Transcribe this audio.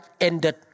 ended